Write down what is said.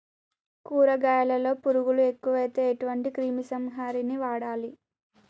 కూరగాయలలో పురుగులు ఎక్కువైతే ఎటువంటి క్రిమి సంహారిణి వాడాలి?